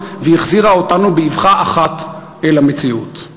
והחזירה אותנו באבחה אחת אל המציאות.